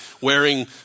wearing